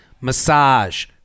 massage